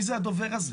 מי זה הדובר הזה?